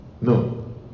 No